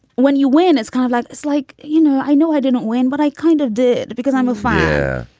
when you win, it's kind of like it's like, you know, i know i didn't win, but i kind of did because i'm a fighter.